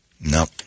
Nope